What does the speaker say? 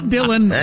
Dylan